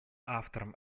автором